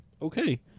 Okay